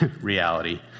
reality